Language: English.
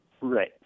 Right